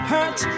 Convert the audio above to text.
Hurt